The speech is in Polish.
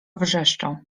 wrzeszczał